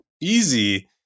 Easy